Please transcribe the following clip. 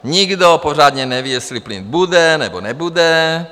Nikdo pořádně neví, jestli plyn bude nebo nebude.